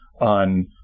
on